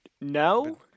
No